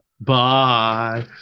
Bye